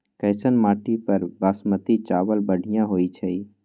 कैसन माटी पर बासमती चावल बढ़िया होई छई?